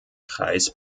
kreis